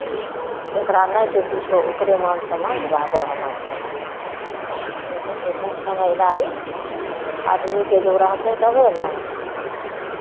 जकरा नहि छै किछो ओकरे मान सम्मान जादा होना चाही लेकिन ईसभ समझदारी आदमीकेँ जब रहतै तबे ने